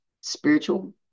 spiritual